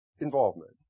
involvement